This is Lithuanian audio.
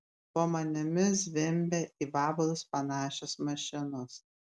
po manimi zvimbia į vabalus panašios mašinos